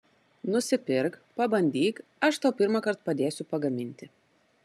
nusipirk pabandyk aš tau pirmąkart padėsiu pagaminti